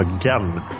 again